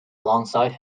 alongside